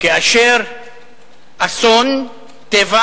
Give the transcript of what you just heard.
כאשר אסון טבע